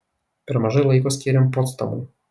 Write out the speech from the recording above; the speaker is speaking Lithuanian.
per mažai laiko skyrėm potsdamui